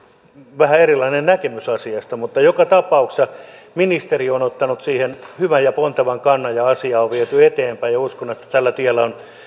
vähän erilainen näkemys asiasta mutta joka tapauksessa ministeri on ottanut siihen hyvän ja pontevan kannan ja asiaa on viety eteenpäin ja uskon että tällä tiellä on